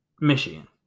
Michigan